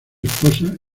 esposa